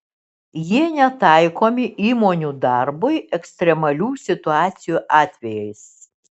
jie netaikomi įmonių darbui ekstremalių situacijų atvejais